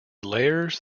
layers